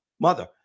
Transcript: mother